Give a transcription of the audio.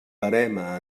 verema